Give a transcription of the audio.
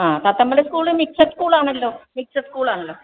ആ Pathambalam school mixed school ആണല്ലോ mixed school ആണല്ലോ